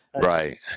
Right